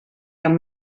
amb